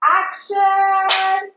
action